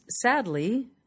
sadly